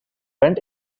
went